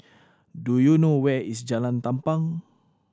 do you know where is Jalan Tampang